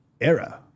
Error